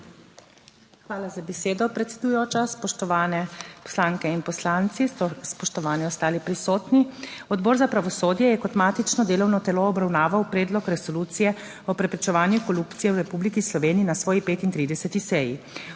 Hvala za besedo, predsedujoča, spoštovane poslanke in poslanci, spoštovani ostali prisotni. Odbor za pravosodje je kot matično delovno telo obravnaval predlog resolucije o preprečevanju korupcije v Republiki Sloveniji na svoji 35. seji.